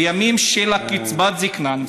בימים של קצבת הזקנה,